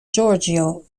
giorgio